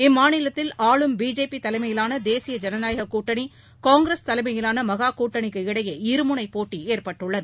இம்மாநிலத்தில் ஆளும் பிஜேபி தலைமையிலாள தேசிய ஜனநாயக கூட்டணி காங்கிரஸ் தலைமையிலான மகா கூட்டணிக்கு இடையே இருமுனைப் போட்டி ஏற்பட்டுள்ளது